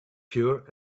pure